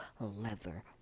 leather